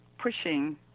pushing